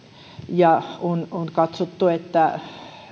ja on on katsottu että